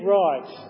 right